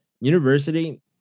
university